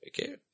okay